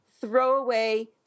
throwaway